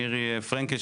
מירי פרנקל.